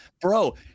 bro